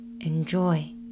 enjoy